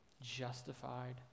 Justified